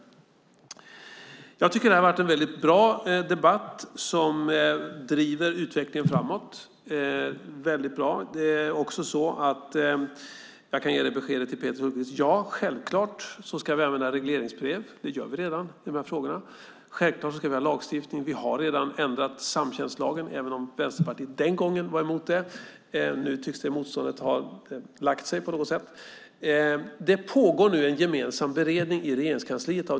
Jag tycker att det här har varit en väldigt bra debatt som driver utvecklingen framåt. Jag kan också ge besked till Peter Hultqvist: Självklart ska vi använda regleringsbrev i de här frågorna. Det gör vi redan. Självklart ska vi ha lagstiftning. Vi har redan ändrat samtjänstlagen, även om Vänsterpartiet den gången var emot det. Nu tycks det motståndet ha lagt sig. Det pågår nu en gemensam beredning av detta i Regeringskansliet.